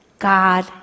God